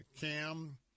cam